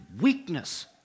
weakness